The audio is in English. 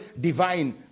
divine